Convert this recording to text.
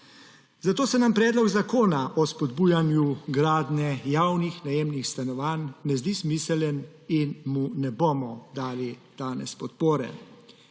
zato se nam Predlog zakona o spodbujanju gradnje javnih najemnih stanovanj ne zdi smiseln in mu danes ne bomo dali podpore.